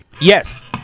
Yes